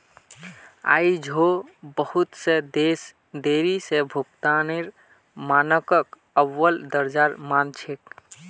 आई झो बहुत स देश देरी स भुगतानेर मानकक अव्वल दर्जार मान छेक